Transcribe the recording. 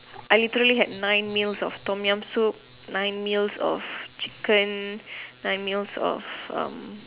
I literally had nine meals of Tom-Yum soup nine meals of chicken nine meals of um